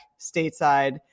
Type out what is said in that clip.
stateside